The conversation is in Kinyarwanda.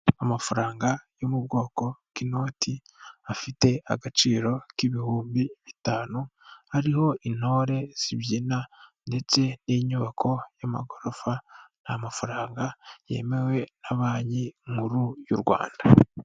Amafaranga yo mu bwoko bw'inoti afite agaciro k'ibihumbi bitanu ariho intore zibyina ndetse n'inyubako y'amagorofa. Ni amafaranga yemewe na banki nkuru y'u Rwanda.